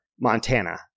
Montana